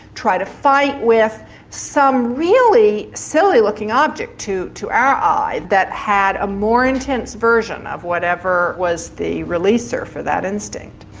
try to fight with some really silly looking object to to our eye that had a more intense version of whatever was the releaser for that instinct.